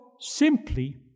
simply